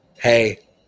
Hey